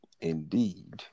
Indeed